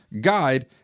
guide